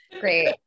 Great